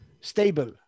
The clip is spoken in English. stable